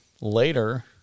later